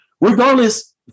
regardless